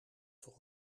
voor